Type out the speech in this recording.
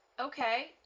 okay